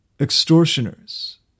extortioners